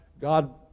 God